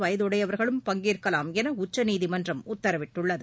வயதுடையவர்களும் பங்கேற்கலாம் என உச்சநீதிமன்றம் உத்தரவிட்டுள்ளது